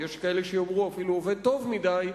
ויש כאלה שיאמרו אפילו עובד טוב מדי,